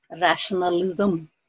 rationalism